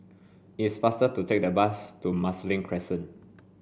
it's faster to take the bus to Marsiling Crescent